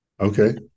okay